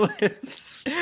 lips